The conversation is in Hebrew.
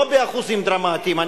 לא באחוזים דרמטיים,